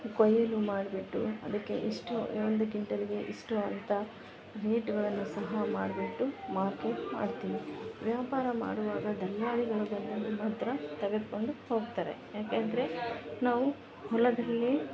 ಕೊಯ್ಲು ಮಾಡಿಬಿಟ್ಟು ಅದಕ್ಕೆ ಇಷ್ಟು ಒಂದು ಕಿಂಟಲ್ಗೆ ಇಷ್ಟು ಅಂತ ರೇಟ್ಗಳನ್ನು ಸಹ ಮಾಡಿಬಿಟ್ಟು ಮಾರ್ಕೆಟ್ ಮಾಡ್ತೀವಿ ವ್ಯಾಪಾರ ಮಾಡುವಾಗ ದಲ್ಲಾಳಿಗಳು ಮಾತ್ರ ತಗೆದ್ಕೊಂಡು ಹೋಗ್ತಾರೆ ಯಾಕಂದ್ರೆ ನಾವು ಹೊಲದಲ್ಲಿ